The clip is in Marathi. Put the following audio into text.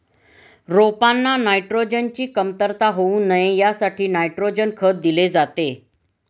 रोपांना नायट्रोजनची कमतरता होऊ नये यासाठी नायट्रोजन खत दिले जाते